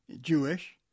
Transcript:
Jewish